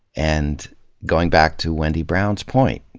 and going back to wendy brown's point,